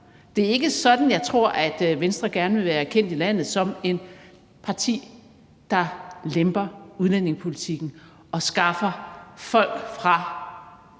Det er ikke sådan, jeg tror Venstre gerne vil være kendt i landet, altså som et parti, der lemper udlændingepolitikken og skaffer folk fra